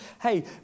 Hey